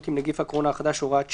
עם נגיף הקורונה החדש (הוראת שעה),